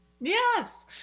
Yes